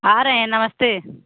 आ रहे हैं नमस्ते